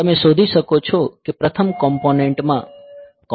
તમે શોધી શકો છો કે પ્રથમ કોમ્પોનેંટ્સ માં કોમ્પોનેંટ છે